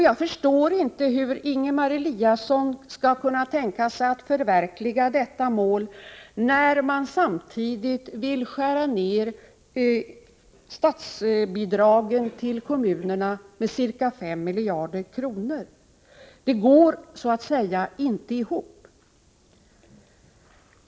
Jag förstår inte hur Ingemar Eliasson kan tänka sig att förverkliga detta mål när folkpartiet samtidigt vill skära ned statsbidraget till kommunerna med ca 5 miljarder kronor. Det går inte ihop.